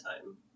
time